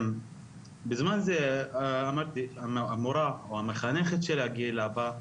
בזמן הזה המורה או המחנכת של הגיל הבא,